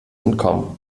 entkommen